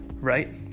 right